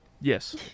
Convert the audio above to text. Yes